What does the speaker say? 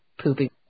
pooping